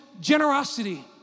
Generosity